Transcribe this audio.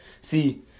See